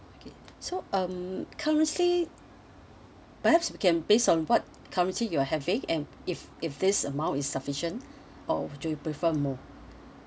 okay so um currently perhaps you can based on what currently you're having and if if this amount is sufficient or do you prefer more